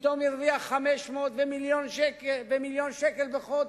פתאום הרוויח 500,000 ומיליון שקל בחודש.